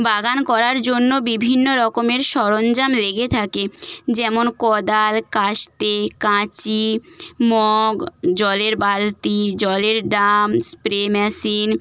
বাগান করার জন্য বিভিন্ন রকমের সরঞ্জাম লেগে থাকে যেমন কোদাল কাস্তে কাঁচি মগ জলের বালতি জলের ড্রাম স্প্রে মেশিন